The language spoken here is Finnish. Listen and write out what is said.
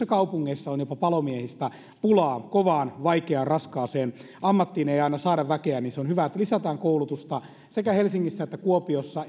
kaupungeissa on jopa palomiehistä pulaa kovaan vaikeaan raskaaseen ammattiin ei aina saada väkeä joten on hyvä että lisätään koulutusta sekä helsingissä että kuopiossa